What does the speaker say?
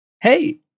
hey